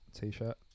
T-shirt